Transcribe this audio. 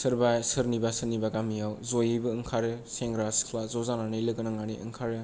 सोरबा सोरनिबा सोरनिबा गामियाव ज'यैबो ओंखारो सेंग्रा सिख्ला ज'जानानै लोगो नांनानै ओंखारो